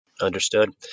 Understood